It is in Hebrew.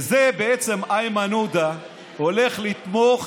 בזה בעצם איימן עודה הולך לתמוך,